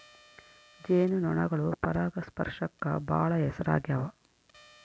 ಜೇನು ನೊಣಗಳು ಪರಾಗಸ್ಪರ್ಶಕ್ಕ ಬಾಳ ಹೆಸರಾಗ್ಯವ